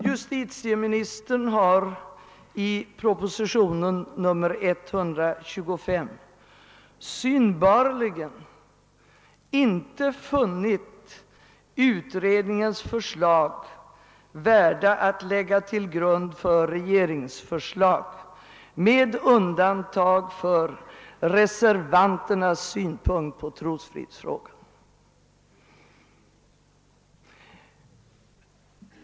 Justitieministern har i propositionen nr 125 synbarligen inte funnit utredningens förslag värda att ligga till grund för ett regeringsförslag med undantag för reservanternas synpunkter på trosfrihetsfrågan.